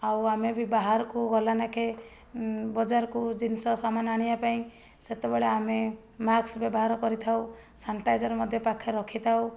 ଆଉ ଆମେ ବି ବାହାରକୁ ଗଲା ନାଖେ ବଜାରକୁ ଜିନିଷ ସାମାନ ଆଣିବା ପାଇଁ ସେତେବେଳେ ଆମେ ମାକ୍ସ ବ୍ୟବହାର କରିଥାଉ ସାନିଟାଇଜର୍ ମଧ୍ୟ ପାଖରେ ରଖିଥାଉ